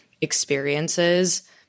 experiences